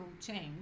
change